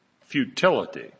futility